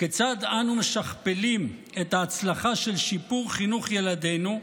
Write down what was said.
כיצד אנו משכפלים את ההצלחה של שיפור חינוך ילדינו,